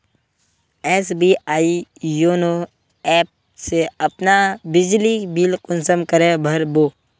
SBI YONO app से अपना बिजली बिल कुंसम करे भर बो?